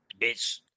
bitch